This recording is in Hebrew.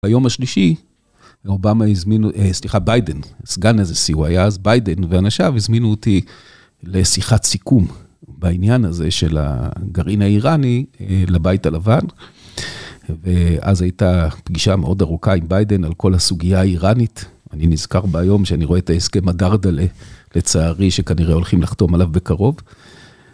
ביום השלישי, אובמה הזמינו, סליחה, ביידן, סגן הנשיא הוא היה אז, ביידן ואנשיו הזמינו אותי לשיחת סיכום בעניין הזה של הגרעין האיראני לבית הלבן. ואז הייתה פגישה מאוד ארוכה עם ביידן על כל הסוגיה האיראנית. אני נזכר ביום שאני רואה את ההסכם הדרדלה, לצערי, שכנראה הולכים לחתום עליו בקרוב.